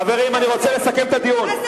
חברים, אני רוצה לסכם את הדיון.